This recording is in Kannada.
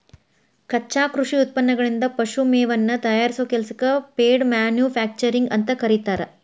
ಕಚ್ಚಾ ಕೃಷಿ ಉತ್ಪನ್ನಗಳಿಂದ ಪಶು ಮೇವನ್ನ ತಯಾರಿಸೋ ಕೆಲಸಕ್ಕ ಫೇಡ್ ಮ್ಯಾನುಫ್ಯಾಕ್ಚರಿಂಗ್ ಅಂತ ಕರೇತಾರ